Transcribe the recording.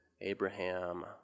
Abraham